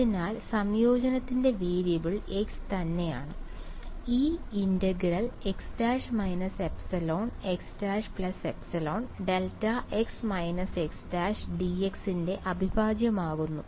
അതിനാൽ സംയോജനത്തിന്റെ variable x തന്നെയാണ് ഈ x′ε ∫ δx − x′dx ന്റെ അവിഭാജ്യമാകുക